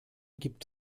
gibt